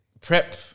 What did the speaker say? prep